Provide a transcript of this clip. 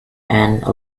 and